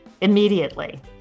immediately